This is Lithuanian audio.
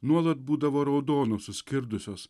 nuolat būdavo raudonos suskirdusios